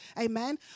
Amen